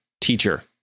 teacher